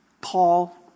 Paul